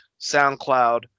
SoundCloud